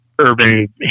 urban